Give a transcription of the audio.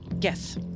Yes